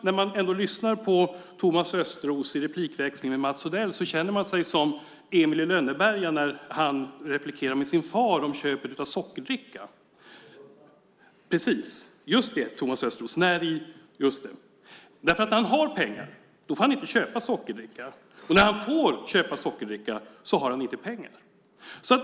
När man lyssnar på Thomas Östros i replikväxlingen med Mats Odell känner man sig lite grann som Emil i Lönneberga när han diskuterar köpet av sockerdricka med sin far. När han har pengar får han inte köpa sockerdricka, och när han får köpa sockerdricka har han inga pengar.